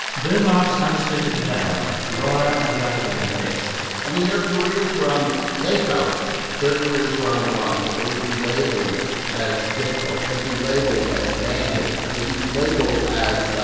bill marx understood the dilemma laura and the other women faced i mean, their careers were on the they felt their careers were on the line, that they would be labeled as difficult, they'd be labeled as man haters, they'd be labeled as,